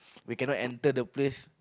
we cannot enter the place